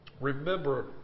remember